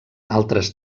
altres